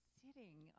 sitting